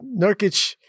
Nurkic